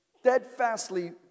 steadfastly